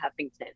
Huffington